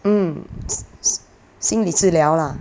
mm s~ s~ 心理治疗 lah